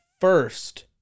first